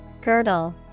girdle